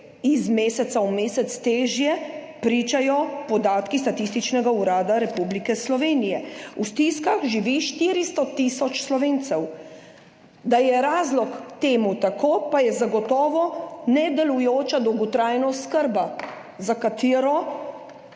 iz meseca v mesec težje, pričajo podatki Statističnega urada Republike Slovenije. V stiskah živi 400 tisoč Slovencev, da je tako, pa je razlog zagotovo nedelujoča dolgotrajna oskrba, ki jo